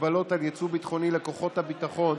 הגבלות על יצוא ביטחוני לכוחות ביטחון